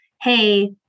Hey